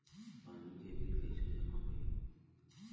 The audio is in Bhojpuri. पानी के बिल कैसे जमा होयी?